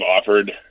offered